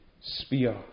spear